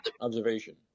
Observation